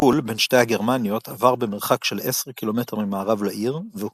הגבול בין שתי הגרמניות עבר במרחק של 10 ק"מ ממערב לעיר והוא